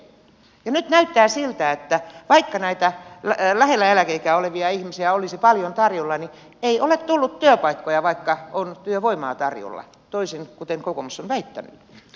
ja nyt näyttää siltä että vaikka näitä lähellä eläkeikää olevia ihmisiä olisi paljon tarjolla niin ei ole tullut työpaikkoja vaikka on työvoimaa tarjolla toisin kuin kokoomus on väittänyt